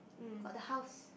got the house